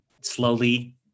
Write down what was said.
slowly